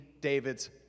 David's